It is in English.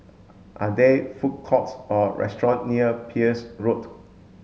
are there food courts or restaurants near Peirce Road